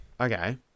Okay